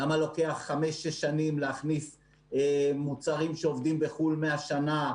למה לוקח חמש-שש שנים להכניס מוצרים שעובדים בחו"ל 100 שנה,